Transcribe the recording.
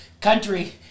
country